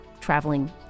traveling